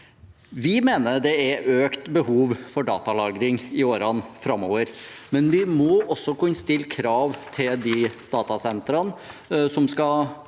Vi mener det blir økt behov for datalagring i årene framover, men vi må også kunne stille krav til de datasentrene som skal